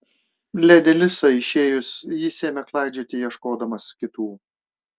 ledi lisai išėjus jis ėmė klaidžioti ieškodamas kitų